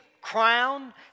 crown